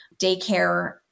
Daycare